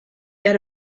get